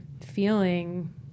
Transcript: feeling